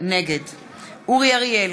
נגד אורי אריאל,